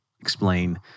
explain